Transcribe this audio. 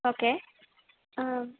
okay